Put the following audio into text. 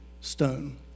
stone